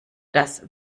das